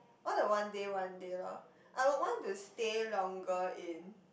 all the one day one day lor I would want to stay longer in